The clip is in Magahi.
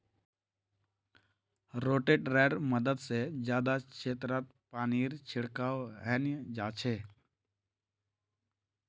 रोटेटरैर मदद से जादा क्षेत्रत पानीर छिड़काव हैंय जाच्छे